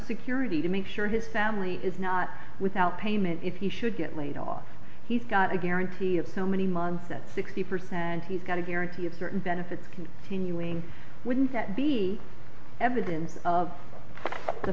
security to make sure his family is not without payment if he should get laid off he's got a guarantee of so many months at sixty percent he's got a guarantee of certain benefits continuing wouldn't that be evidence of the